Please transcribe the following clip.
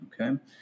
okay